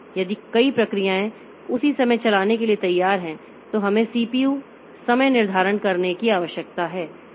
यदि कई प्रक्रियाएँ उसी समय चलाने के लिए तैयार हैं तो हमें CPU समय निर्धारण करने की आवश्यकता है